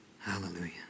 Hallelujah